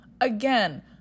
Again